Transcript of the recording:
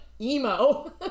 emo